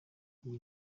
iyi